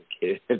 kids